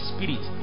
Spirit